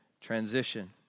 transition